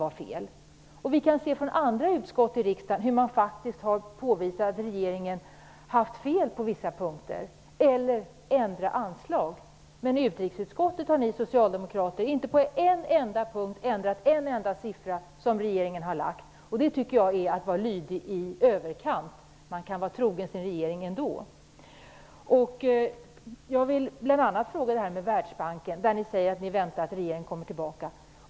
Vi kan se att man i andra utskott i riksdagen faktiskt har påvisat att regeringen har haft fel på vissa punkter eller att man har ändrat anslag. I utrikesutskottet har ni socialdemokrater inte på en enda punkt ändrat en enda siffra i regeringens förslag. Det tycker jag är att vara lydig i överkant. Man kan vara trogen sin regering ändå. Jag vill bl.a. ställa en fråga beträffande Världsbanken. Ni säger att ni väntar på att regeringen återkommer.